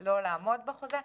לא לעמוד בחוזה.